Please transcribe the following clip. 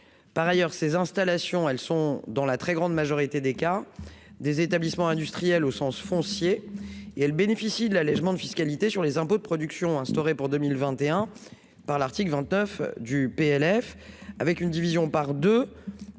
par ailleurs ces installations, elles sont dans la très grande majorité des cas, des établissements industriels au sens foncier et elle bénéficie de l'allégement de fiscalité sur les impôts de production instauré pour 2021 par l'article 29 du PLF avec une division par 2